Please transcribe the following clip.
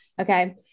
Okay